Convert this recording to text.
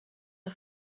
are